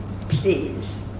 Please